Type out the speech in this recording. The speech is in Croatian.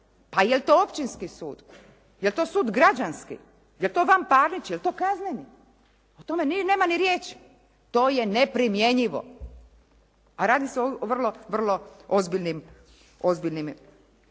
Pa je li to općinski sud? Je li to sud građanski? Je li to vanparnični, je li to kazneni? O tome nema ni riječi. To je neprimjenjivo, a radi se o vrlo ozbiljnim